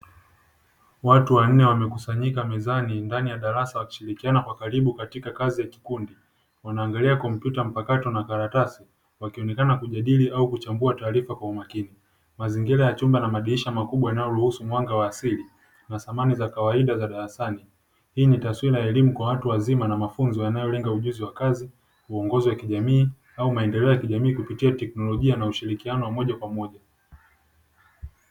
Watu wanne wamekusanyika mezani ndani ya darasa na kushirikiana kwa karibu katika kazi ya kikundi wanaangalia kompyuta mpakato na karatasi wakionekana kujadili au kuchambua taarifa kwa umakini, mazingira ya chumba na madirisha makubwa yanayoruhusu mwanga wa asili samani za kawaida za darasani. Hii ni taswira ya elimu kwa watu wazima na mafunzo yanayolenga ujuzi wa kazi, uongozi wa kijamii, au maendeleo ya kijamii kupitia teknolojia na ushirikiano wa moja kwa moja.